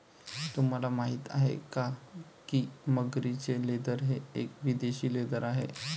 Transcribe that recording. तुम्हाला माहिती आहे का की मगरीचे लेदर हे एक विदेशी लेदर आहे